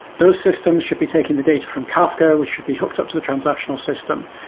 those systems should be taking the data from kafka, which should be hooked up to the transactional system.